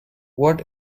what